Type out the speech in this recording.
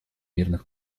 мирных